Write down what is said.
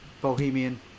Bohemian